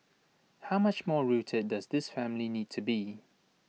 how much more rooted does this family need to be